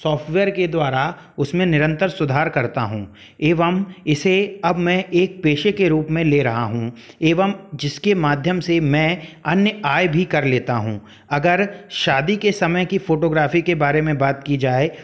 software के द्वारा उसमें निरंतर सुधार करता हूँ एवं इसे अब मैं एक पेशे के रूप में ले रहा हूँ एवं जिसके माध्यम से मैं अन्य आय भी कर लेता हूँ अगर शादी के समय की फोटोग्राफी के बारे में बात की जाए